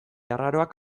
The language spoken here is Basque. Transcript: arraroak